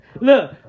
Look